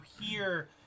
hear